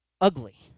ugly